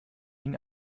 ihn